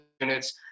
units